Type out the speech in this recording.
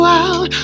out